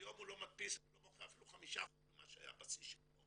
היום הוא לא מוכר אפילו 5% ממה שהוא היה בשיא שלו.